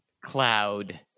cloud